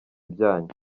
byanyu